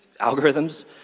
algorithms